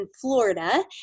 Florida